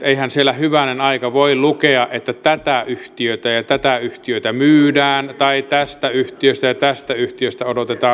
eihän siellä hyvänen aika voi lukea että tätä yhtiötä ja tätä yhtiötä myydään tai tästä yhtiöstä ja tästä yhtiöstä odotetaan osinkoa